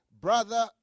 brother